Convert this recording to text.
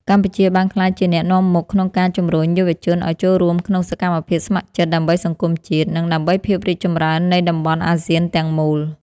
កម្ពុជាបានក្លាយជាអ្នកនាំមុខក្នុងការជំរុញយុវជនឱ្យចូលរួមក្នុងសកម្មភាពស្ម័គ្រចិត្ត ដើម្បីសង្គមជាតិ និងដើម្បីភាពរីកចម្រើននៃតំបន់អាស៊ានទាំងមូល។